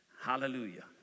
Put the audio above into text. hallelujah